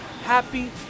Happy